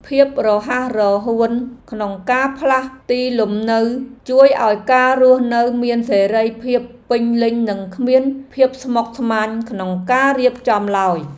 ភាពរហ័សរហួនក្នុងការផ្លាស់ទីលំនៅជួយឱ្យការរស់នៅមានសេរីភាពពេញលេញនិងគ្មានភាពស្មុគស្មាញក្នុងការរៀបចំឡើយ។